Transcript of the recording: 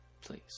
please